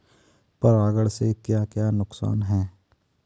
परागण से क्या क्या नुकसान हैं?